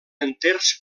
enters